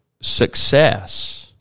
success